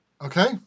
Okay